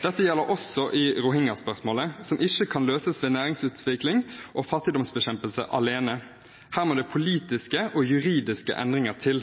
Dette gjelder også i rohingya-spørsmålet, som ikke kan løses ved næringsutvikling og fattigdomsbekjempelse alene. Her må det politiske og juridiske endringer til.